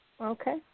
Okay